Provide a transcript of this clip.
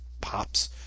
pops